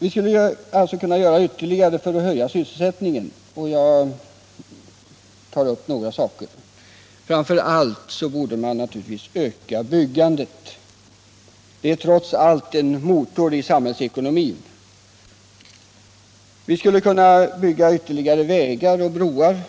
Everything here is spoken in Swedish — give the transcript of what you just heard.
Vi skulle alltså kunna göra mer för att höja sysselsättningen, och jag tar upp några saker. Framför allt borde man naturligtvis kunna öka byggandet; det är trots allt en motor i samhällsekonomin. Vi skulle kunna bygga ytterligare vägar och broar.